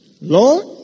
Lord